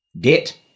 debt